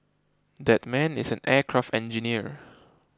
that man is an aircraft engineer